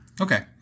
okay